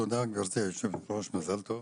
תודה גברתי היושבת-ראש ומזל טוב.